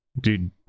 Dude